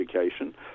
education